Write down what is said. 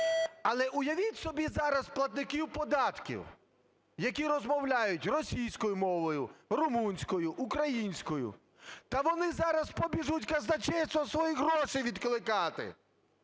Але уявіть собі зараз платників податків, які розмовляють російською мовою, румунською, українською. Та вони зараз побіжать в казначейство свої гроші відкликати!